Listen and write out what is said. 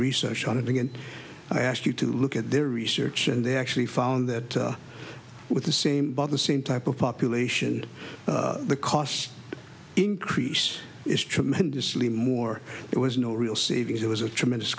research on it again i ask you to look at their research and they actually found that with the same by the same type of population the cost increase is tremendously more it was no real savings it was a tremendous